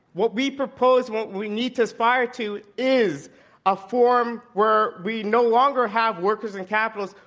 what we propose, what we need to aspire to is a form where we no longer have workers and capitalists,